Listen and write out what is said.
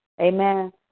Amen